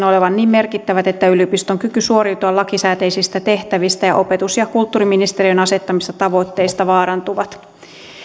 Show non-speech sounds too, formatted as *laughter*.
*unintelligible* olevan niin merkittävät että yliopiston kyky suoriutua lakisääteisistä tehtävistä ja opetus ja kulttuuriministeriön asettamista tavoitteista vaarantuvat